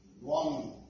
One